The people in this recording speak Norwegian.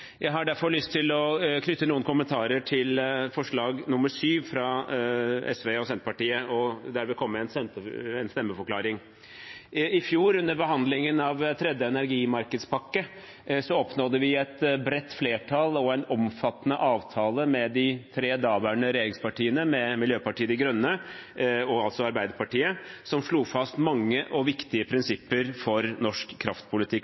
Jeg har derfor lyst til å knytte noen kommentarer til forslag nr. 7, fra Sosialistisk Venstreparti og Senterpartiet, og derved komme med en stemmeforklaring. I fjor, under behandlingen av tredje energimarkedspakke, oppnådde vi et bredt flertall og en omfattende avtale med de tre daværende regjeringspartiene, med Miljøpartiet De Grønne og med Arbeiderpartiet, som slo fast mange og viktige prinsipper for norsk kraftpolitikk